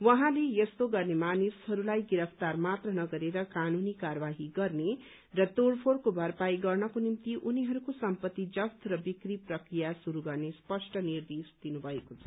उहाँले यस्तो गर्ने मानिसहरूलाई गिरफ्तार मात्र नगरेर कानूनी कार्यवाही गर्ने र तोड़फोड़को भरपाई गर्नको निम्ति उनीहरूको सम्पत्ति जफ्त र बिक्री प्रक्रिया शुरू गर्ने स्पष्ट निर्देश दिनुभएको छ